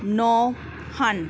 ਨੌਂ ਹਨ